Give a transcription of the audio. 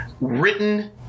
written